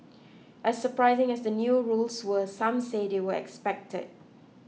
as surprising as the new rules were some say they were expected